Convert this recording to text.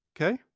okay